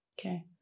Okay